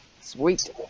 Sweet